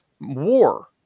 war